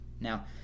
Now